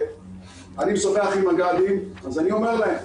כשאני משוחח עם מג"דים אז אני אומר להם,